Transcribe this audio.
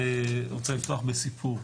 אני רוצה לפתוח בסיפור.